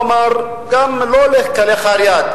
הוא אמר לא כלאחר יד,